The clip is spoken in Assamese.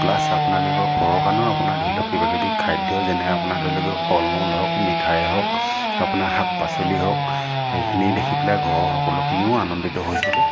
প্লাছ আপোনাৰ কি কয় ঘৰৰ কাৰণেও আপোনাৰ ধৰি লওক কিবা কিবি খাদ্য যেনে আপোনাৰ ধৰি লওক ফল মূল হওক মিঠাই হওক আপোনাৰ শাক পাচলি হওক এইখিনি দেখি পেলাই ঘৰৰ সকলোখিনিও আনন্দিত হৈছিলে